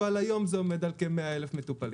אבל היום זה עומד על כ-100 מטופלים